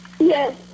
Yes